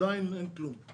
עדיין אין כלום.